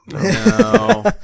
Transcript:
No